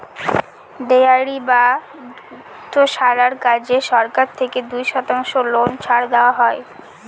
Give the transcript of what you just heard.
dairy বা দুগ্ধশালার কাজে সরকার থেকে দুই শতাংশ লোন ছাড় দেওয়া হয়